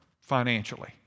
financially